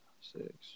Six